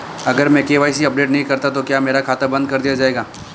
अगर मैं KYC update नहीं करता तो क्या मेरा खाता बंद कर दिया जाएगा?